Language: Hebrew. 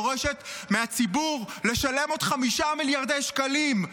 דורשת מהציבור לשלם עוד חמישה מיליארד שקלים,